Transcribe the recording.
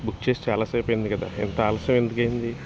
book చేసి చాలాసేపు అయింది కదా ఇంత ఆలస్యం ఎందుకయింది